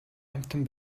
амьтан